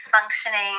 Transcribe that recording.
functioning